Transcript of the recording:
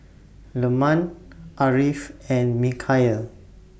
Leman Ariff and Mikhail